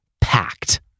packed